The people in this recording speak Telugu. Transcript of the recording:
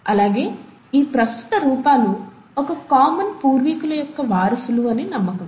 అలాగే ఈ ప్రస్తుత రూపాలు ఒక కామన్ పూర్వీకుల యొక్క వారసులు అని నమ్మకం